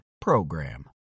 PROGRAM